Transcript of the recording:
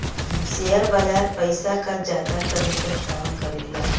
share बाजार पइसा क जादा करे क काम करेला